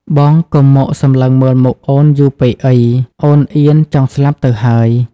បងកុំមកសម្លឹងមើលមុខអូនយូរពេកអី អូនអៀនចង់ស្លាប់ទៅហើយ។